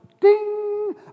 ding